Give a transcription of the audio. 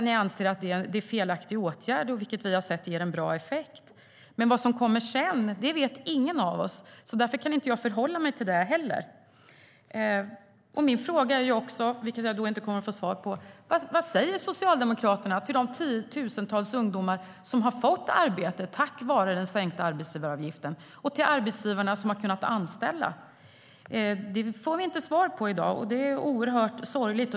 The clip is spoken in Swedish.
Ni anser att sänkningen är en felaktig åtgärd, medan vi har sett att den ger en bra effekt. Men vad som kommer sedan vet ingen av oss. Därför kan jag inte heller förhålla mig till det. Ännu en fråga som jag inte kommer att få svar på i dag är vad Socialdemokraterna säger till de tiotusentals ungdomar som har fått arbete tack vare den sänkta arbetsgivaravgiften och till de arbetsgivare som kunnat anställa. Det får vi inte svar på i dag, och det är oerhört sorgligt.